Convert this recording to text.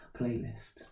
Playlist